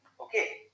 Okay